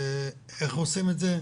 איך עושים את זה?